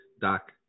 Doc